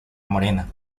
morena